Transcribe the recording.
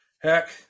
heck